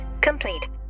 complete